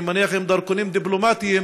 אני מניח שעם דרכונים דיפלומטים.